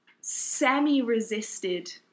semi-resisted